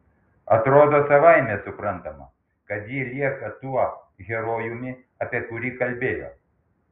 atrodo savaime suprantama kad ji lieka tuo herojumi apie kurį kalbėjo